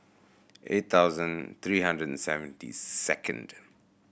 eight thousand three hundred and seventy second